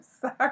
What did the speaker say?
sorry